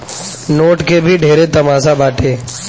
note के भी ढेरे तमासा बाटे